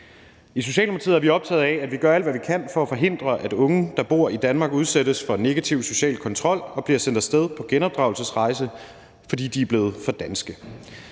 I Socialdemokratiet er vi optaget af, at vi gør alt, hvad vi kan, for at forhindre, at unge, der bor i Danmark, udsættes for negativ social kontrol og bliver sendt af sted på genopdragelsesrejse, fordi de er blevet for danske.